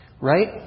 Right